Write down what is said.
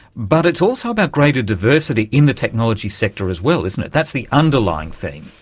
but it's also about greater diversity in the technology sector as well, isn't it, that's the underlying theme.